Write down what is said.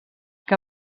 que